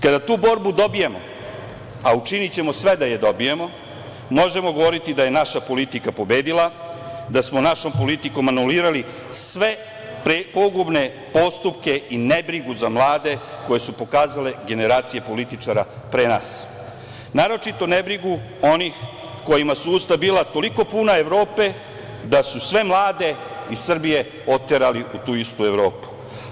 Kada tu borbu dobijemo, a učinićemo sve da je dobijemo, možemo govoriti da je naša politika pobedila, da smo našoj politikom anulirali sve pogubne postupke i nebrigu za mlade koje su pokazale generacije političara pre nas, naročito nebrigu onih kojima su usta bila toliko puta Evrope da su sve mlade iz Srbije oterali u tu istu Evropu.